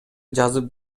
жазып